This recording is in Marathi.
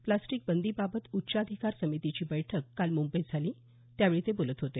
फ्लास्टीकबंदीबाबत उच्चाधिकार समितीची बैठक काल मुंबईत झाली त्यावेळी ते बोलत होते